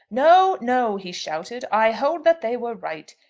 no, no, he shouted i hold that they were right.